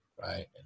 right